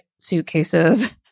suitcases